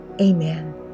Amen